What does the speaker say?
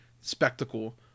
spectacle